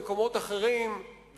לעולם לא עוד במקומות אחרים,